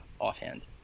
offhand